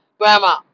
Grandma